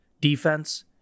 defense